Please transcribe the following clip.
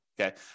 Okay